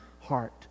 heart